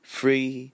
free